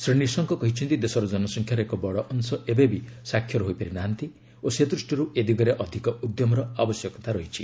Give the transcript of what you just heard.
ଶ୍ରୀ ନିଶଙ୍କ କହିଛନ୍ତି ଦେଶର ଜନସଂଖ୍ୟାର ଏକ ବଡ଼ ଅଂଶ ଏବେବି ସାକ୍ଷର ହୋଇପାରି ନାହାନ୍ତି ଓ ସେ ଦୃଷ୍ଟିରୁ ଏ ଦିଗରେ ଅଧିକ ଉଦ୍ୟମର ଆବଶ୍ୟକତା ରହିଛି